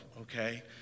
okay